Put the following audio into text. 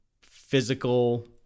physical